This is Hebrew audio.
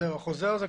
החוזר הזה,